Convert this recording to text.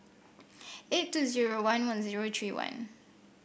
eight two one one three one